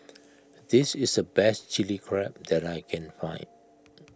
this is the best Chilli Crab that I can find